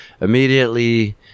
immediately